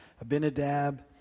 Abinadab